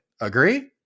Agree